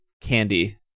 candy